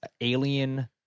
alien